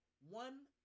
One